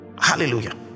Hallelujah